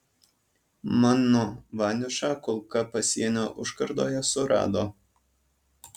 mano vaniušą kulka pasienio užkardoje surado